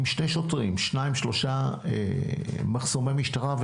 שני שוטרים שניים-שלושה מחסומי משטרה,